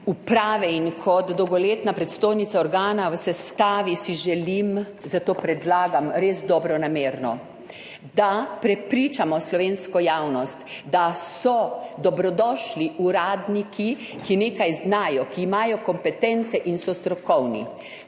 uprave in kot dolgoletna predstojnica organa v sestavi si želim, zato predlagam res dobronamerno, da prepričamo slovensko javnost, da so dobrodošli uradniki, ki nekaj znajo, ki imajo kompetence in so strokovni.